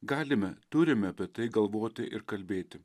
galime turime apie tai galvoti ir kalbėti